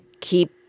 Keep